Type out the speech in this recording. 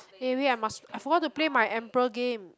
eh wait I must I forgot to play my emperor game